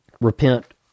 Repent